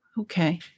okay